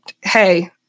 Hey